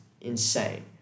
insane